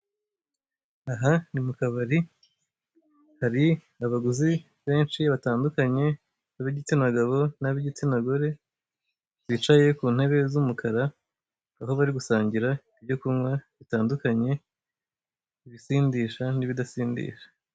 Aha ni mukabari hari abaguzi benshi batandukanye, ab'igitsina gabo nab'igitsina gore bicaye ku ntebe z'umukara, aho bari gusangira ibyo kunywa bitandukanye, ibisindisha n'ibidasindisha.